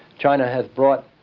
china has brought,